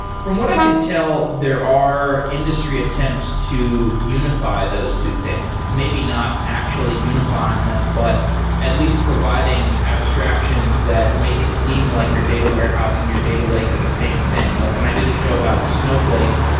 from what i can tell, there are industry attempts to unify those two things. maybe not actually unifying them, but at least providing abstractions that make it seem like your data warehouse and your data lake are the same thing. like when i did a show about snowflake,